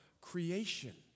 creation